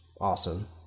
awesome